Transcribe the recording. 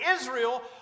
Israel